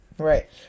Right